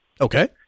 Okay